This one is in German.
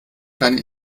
keine